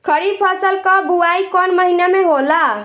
खरीफ फसल क बुवाई कौन महीना में होला?